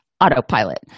autopilot